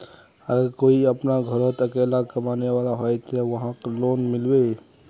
अगर कोई अपना घोरोत अकेला कमाने वाला होचे ते वहाक लोन मिलबे?